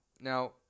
Now